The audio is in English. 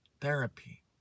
Therapy